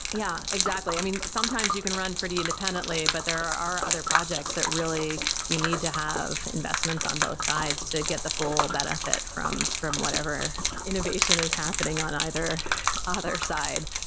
yeah, exactly. i mean, sometimes you can run pretty independently, but there are other projects that really you need to have investments on both sides to get the full benefit from from whatever innovation is happening on either other side.